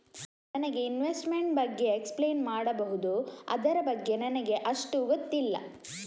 ನನಗೆ ಇನ್ವೆಸ್ಟ್ಮೆಂಟ್ ಬಗ್ಗೆ ಎಕ್ಸ್ಪ್ಲೈನ್ ಮಾಡಬಹುದು, ಅದರ ಬಗ್ಗೆ ನನಗೆ ಅಷ್ಟು ಗೊತ್ತಿಲ್ಲ?